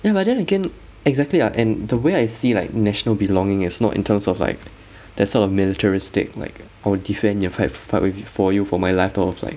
ya but then again exactly ah and the way I see like national belonging is not in terms of like that sort of militaristic like I will defend your fight fight with~ for you for my life thought of like